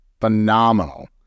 phenomenal